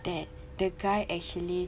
that the guy actually